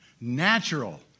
Natural